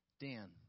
Dan